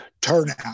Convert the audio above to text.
turnout